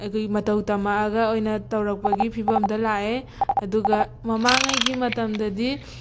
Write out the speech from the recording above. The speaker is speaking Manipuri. ꯑꯩꯈꯣꯏꯒꯤ ꯃꯇꯧ ꯇꯝꯃꯛꯑꯒ ꯑꯣꯏꯅ ꯇꯧꯔꯛꯄꯒꯤ ꯐꯤꯕꯝꯗ ꯂꯥꯛꯑꯦ ꯑꯗꯨꯒ ꯃꯃꯥꯡꯉꯩꯒꯤ ꯃꯇꯝꯗꯗꯤ